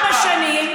הכנסת התשע-עשרה,